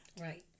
right